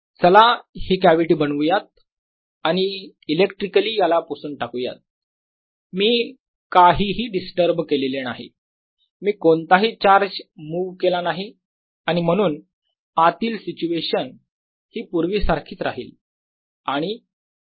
चला ही कॅव्हिटी बनवूयात आणि इलेक्ट्रिकली याला पुसून टाकुयात मी काहीही डिस्टर्ब केलेले नाही मी कोणताही चार्ज मुव्ह केला नाही आणि म्हणून आतील सिच्युएशन ही पूर्वीसारखीच राहील आणि त्यामुळे E बनेल 0